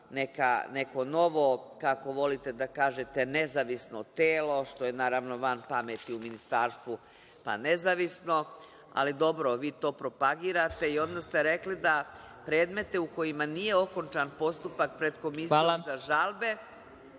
neko novo kako volite da kažete nezavisno telo što je van pameti u ministarstvu, pa nezavisno. Ali, dobro vi to propagirate i odmah ste rekli da predmete u kojima nije okončan postupak preko Komisije za žalbe,